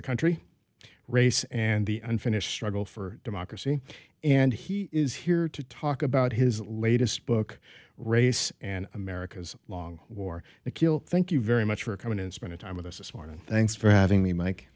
a country race and the unfinished struggle for democracy and he is here to talk about his latest book race and america's long war the kilt thank you very much for coming and spending time with us this morning thanks for having me mike